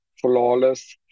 flawless